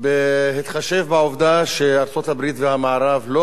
בהתחשב בעובדה שארצות-הברית והמערב לא